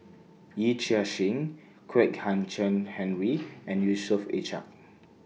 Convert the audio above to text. Yee Chia Hsing Kwek Hian Chuan Henry and Yusof Ishak